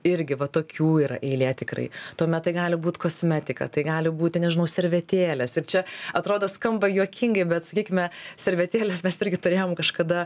irgi va tokių yra eilė tikrai tuomet tai gali būt kosmetika tai gali būti nežinau servetėles ir čia atrodo skamba juokingai bet sakykime servetėles mes irgi turėjom kažkada